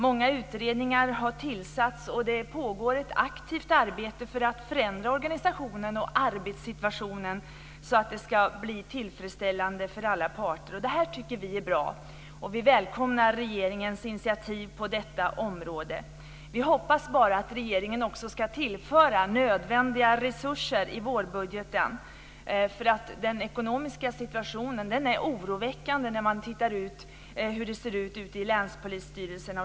Många utredningar har tillsatts, och det pågår ett aktivt arbete för att förändra organisationen så att arbetssituationen ska bli tillfredsställande för alla parter. Det här tycker vi är bra, och vi välkomnar regeringens initiativ på detta område. Vi hoppas bara att regeringen också ska tillföra nödvändiga resurser i vårbudgeten, därför att den ekonomiska situationen är oroväckande när man ser hur det ser ut ute i länspolisstyrelserna.